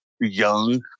young